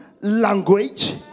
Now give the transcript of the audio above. language